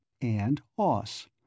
and-os